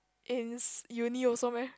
in Uni also meh